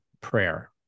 prayer